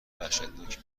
وحشتناکی